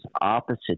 opposite